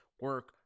Work